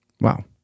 Wow